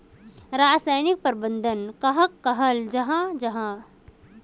रासायनिक प्रबंधन कहाक कहाल जाहा जाहा?